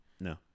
No